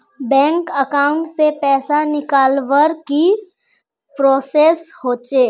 Bank account से पैसा निकालवर की की प्रोसेस होचे?